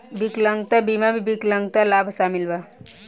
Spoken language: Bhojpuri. विकलांगता बीमा में विकलांगता लाभ शामिल बा